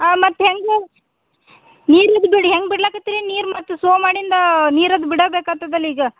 ಹಾಂ ಮತ್ತು ಹೆಂಗೆ ನೀರಿದು ಬಿಡಿ ಹೆಂಗೆ ಬಿಡ್ಲಕತ್ತಿರಿ ನೀರು ಮತ್ತು ಸೊ ಮಾಡಿಂದ ನೀರು ಅದು ಬಿಡಬೇಕು ಆಗ್ತದಲ್ಲ ಈಗ